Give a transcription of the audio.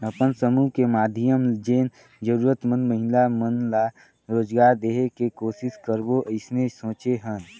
अपन समुह के माधियम जेन जरूरतमंद महिला मन ला रोजगार देहे के कोसिस करबो अइसने सोचे हन